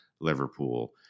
Liverpool